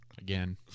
Again